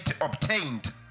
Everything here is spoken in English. obtained